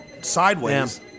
sideways